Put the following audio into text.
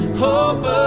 hope